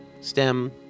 stem